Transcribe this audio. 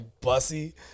bussy